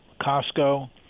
Costco